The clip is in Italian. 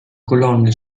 colonne